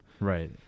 Right